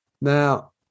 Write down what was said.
Now